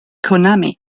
konami